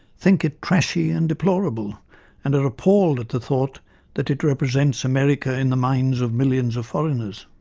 think it trashy and deplorable and are appalled at the thought that it represents america in the minds of millions of foreigners.